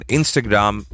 Instagram